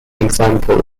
example